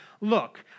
Look